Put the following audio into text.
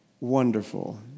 wonderful